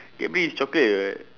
cardbury is chocolate [what]